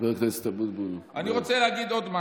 חבר הכנסת אבוטבול, די.